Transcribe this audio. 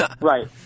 Right